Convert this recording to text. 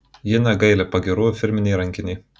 ji negaili pagyrų firminei rankinei